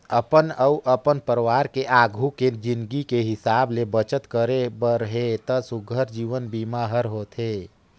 अपन अउ अपन परवार के आघू के जिनगी के हिसाब ले बचत करे बर हे त सुग्घर जीवन बीमा हर होथे